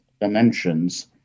dimensions